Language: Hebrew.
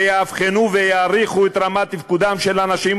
שיאבחנו ויעריכו את רמת תפקודם של אנשים עם